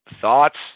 Thoughts